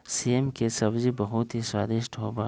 सेम के सब्जी बहुत ही स्वादिष्ट होबा हई